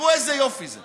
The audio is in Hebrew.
תראו איזה יופי זה.